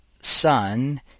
Son